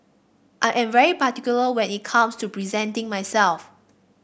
I am very particular when it comes to presenting myself